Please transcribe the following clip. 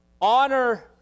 Honor